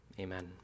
Amen